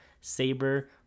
Saber